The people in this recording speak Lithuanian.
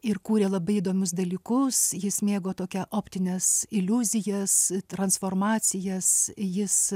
ir kūrė labai įdomius dalykus jis mėgo tokią optines iliuzijas transformacijas jis